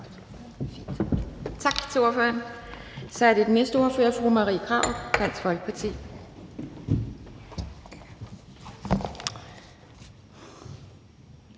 Tak til ordføreren. Så er det den næste ordfører, fru Marie Krarup, Dansk Folkeparti.